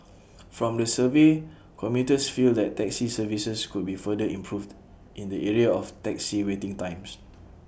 from the survey commuters feel that taxi services could be further improved in the area of taxi waiting times